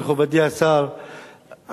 מכובדי השר,